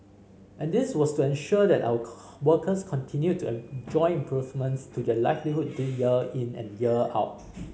and this was to ensure that our workers continued to enjoy improvements to their livelihood year in and year out